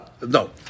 No